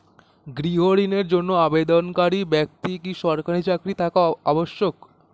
গৃহ ঋণের জন্য আবেদনকারী ব্যক্তি কি সরকারি চাকরি থাকা আবশ্যক?